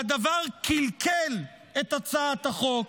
והדבר קלקל את הצעת החוק,